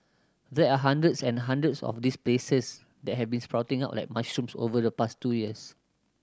there are hundreds and hundreds of these places that have been sprouting up like mushrooms over the past two years